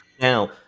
now